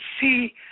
see